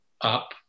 up